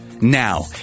Now